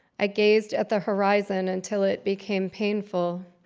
i gazed at the horizon until it became painful.